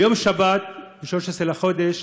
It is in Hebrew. ביום שבת, 13 בחודש,